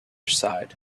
side